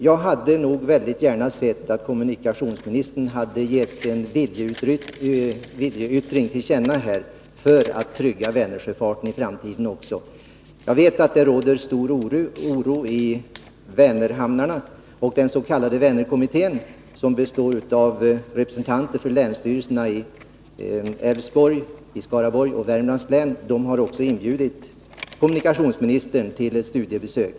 Jag hade nog väldigt gärna sett att kommunikationsministern hade avgett en viljeyttring när det gäller att trygga Vänersjöfarten också för framtiden. Jag vet att det råder stor oro i Vänerhamnarna. Den s.k. Vänerkommittén, som består av representanter för länsstyrelserna i Älvsborgs, Skaraborgs och Värmlands län, har ju inbjudit kommunikationsministern till ett studiebesök.